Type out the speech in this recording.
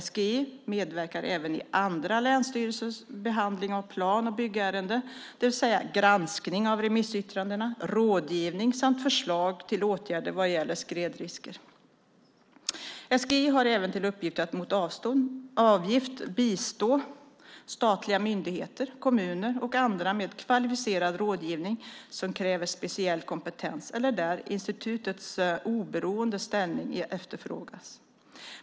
SGI medverkar även i andra länsstyrelsers behandling av plan och byggärenden, det vill säga granskning av remissyttranden, rådgivning samt förslag till åtgärder vad gäller skredrisker. SGI har även till uppgift att mot avgift bistå statliga myndigheter, kommuner och andra med kvalificerad rådgivning som kräver speciell kompetens eller där institutets oberoende ställning efterfrågas.